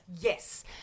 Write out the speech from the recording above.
Yes